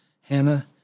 Hannah